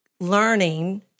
learning